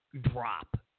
drop